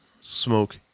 smoke